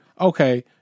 okay